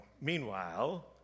Meanwhile